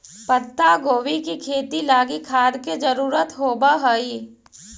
पत्तागोभी के खेती लागी खाद के जरूरत होब हई